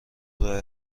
راه